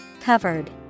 Covered